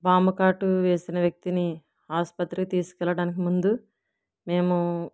పాము కాటు వేసిన వ్యక్తిని ఆసుపత్రికి తీసుకెళ్ళడానికి ముందు మేము